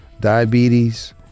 diabetes